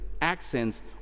accents